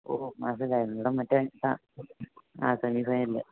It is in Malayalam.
ഓ മനസ്സിലായി ഡാ മറ്റേ ആ ആ സെമി ഫൈനലിൽ